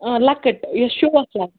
اۭں لَکٕٹۍ یُس شوس لَگہِ